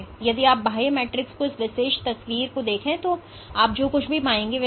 तो यदि आप बाह्य मैट्रिक्स की इस विशेष तस्वीर को देखते हैं तो आप जो कुछ भी पाते हैं वह हैं